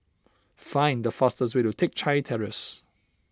find the fastest way to Teck Chye Terrace